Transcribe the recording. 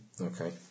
Okay